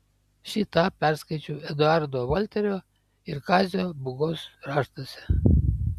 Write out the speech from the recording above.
šį tą perskaičiau eduardo volterio ir kazio būgos raštuose